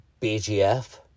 BGF